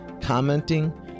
commenting